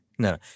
No